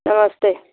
नमस्ते